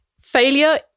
failure